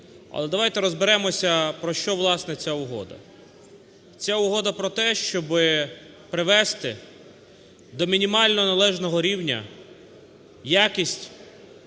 Але давайте розберемося, про що, власне, ця угода. Ця угода про те, щоб привести до мінімально належного рівня якість